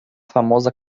famosa